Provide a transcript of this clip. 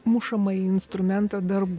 mušamąjį instrumentą darbuką